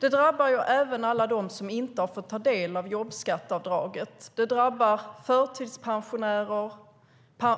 Det drabbar även alla dem som inte har fått ta del av jobbskatteavdraget. Det drabbar förtidspensionärer,